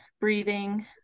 breathing